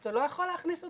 אתה לא יכול להכניס אותם,